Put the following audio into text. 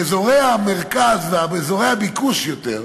באזורי המרכז, אזורי הביקוש בעיקר,